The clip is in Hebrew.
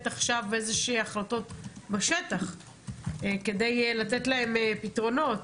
עכשיו איזה שהן החלטות בשטח כדי לתת להם פתרונות.